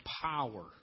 power